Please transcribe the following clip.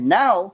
now